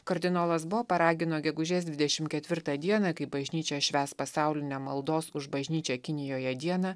kardinolas bo paragino gegužės dvidešim ketvirtą dieną kai bažnyčia švęs pasaulinę maldos už bažnyčią kinijoje dieną